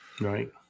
Right